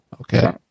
Okay